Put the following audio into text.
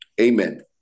Amen